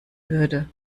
würde